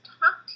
talk